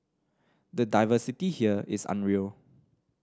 the diversity here is unreal